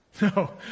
No